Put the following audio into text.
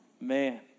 Man